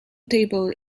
table